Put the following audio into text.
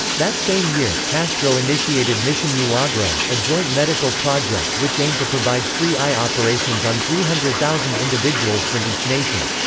that same year, castro initiated mision milagro, a joint medical project which aimed to provide free eye operations on three hundred thousand individuals from each nation.